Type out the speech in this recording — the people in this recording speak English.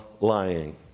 lying